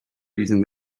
using